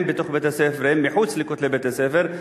הן בתוך בית-הספר והן מחוץ לכותלי בית-הספר,